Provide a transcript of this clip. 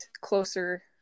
closer